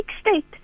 state